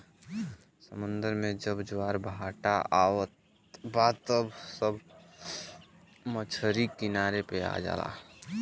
समुंदर में जब ज्वार भाटा आवत बा त सब मछरी किनारे पे आ जाला